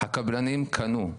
הקבלנים קנו,